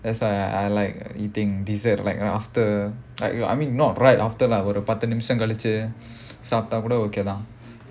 that's why I I like eating dessert like right after like you know I mean not right after lah நான் ஒரு பத்து நிமிஷம் கழிச்சி சாப்டா கூட:naan oru paththu nimisham kalichi saapta kooda okay தான்:thaan